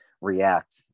react